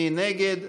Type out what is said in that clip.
מי נגד?